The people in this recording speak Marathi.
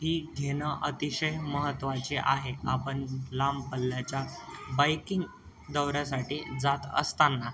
ही घेणं अतिशय महत्त्वाचे आहे आपण लांब पल्ल्याच्या बाईकिंग दौऱ्यासाठी जात असताना